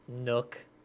Nook